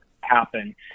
happen